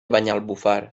banyalbufar